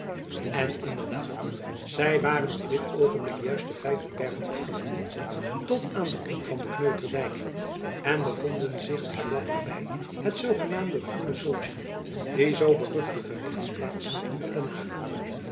en inderdaad zy waren op dit oogenblik juist den vijverberg afgewandeld tot aan den hoek van den kneuterdijk en bevonden zich dus vlak naby het zoogenaamde groene zoodtjen die zoo beruchte gerichtsplaats van den